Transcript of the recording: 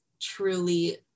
truly